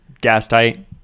gas-tight